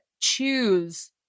choose